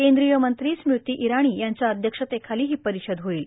कद्रीय मंत्री स्मृती ईराणी यांच्या अध्यक्षतेखालां हां परारषद होईल